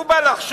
הוא בא לחשוב,